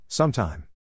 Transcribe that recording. Sometime